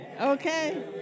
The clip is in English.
Okay